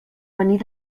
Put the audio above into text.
venir